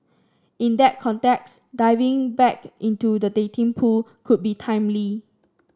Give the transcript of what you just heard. in that context diving back into the dating pool could be timely